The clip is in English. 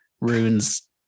runes